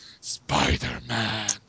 Spider-Man